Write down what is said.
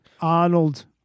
Arnold